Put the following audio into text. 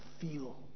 feel